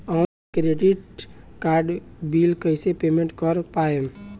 Online credit card के bill कइसे payment कर पाएम?